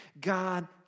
God